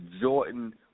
Jordan –